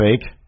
fake